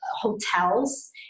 hotels